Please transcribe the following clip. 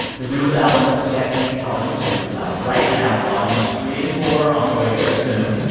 his newest album djesse, vol. um two is out right now. vol. you know three and four are on the way very soon,